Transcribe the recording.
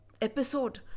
episode